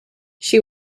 she